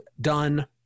done